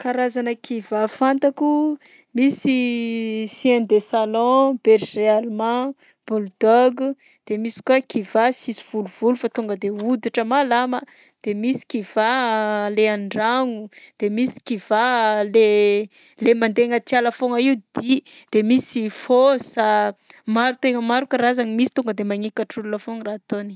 Karazana kivà fantako: misy chien de salon, berger allemand, bulldog, de misy koa kivà sisy volovolo fa onga de hoditra malama de misy kivà le an-dragno de misy kivà le le mandeha agnaty ala foagna io dia, de misy fôsa, maro tegna maro karazany. Misy tonga de magnaikatra olona foagna raha ataony.